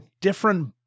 different